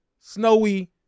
snowy